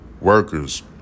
workers